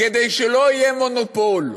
כדי שלא יהיה מונופול,